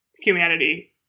humanity